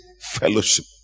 fellowship